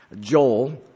Joel